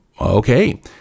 Okay